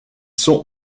sont